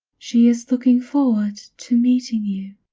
she is looking forward to meeting you.